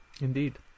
Indeed